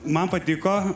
man patiko